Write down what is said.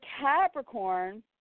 Capricorn